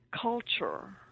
culture